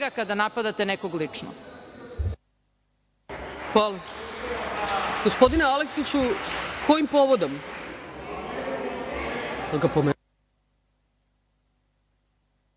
kada napadate nekog lično.